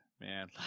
man